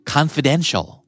Confidential